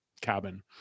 cabin